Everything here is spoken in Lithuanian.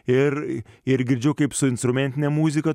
ir ir girdžiu kaip su instrumentine muzika